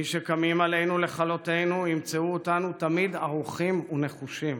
מי שקמים עלינו לכלותנו ימצאו אותנו תמיד ערוכים ונחושים